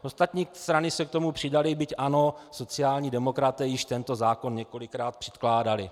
Ostatní strany se k tomu přidaly, byť ano, sociální demokraté již tento zákon několikrát předkládali.